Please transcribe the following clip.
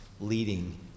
leading